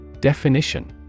Definition